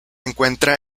encuentra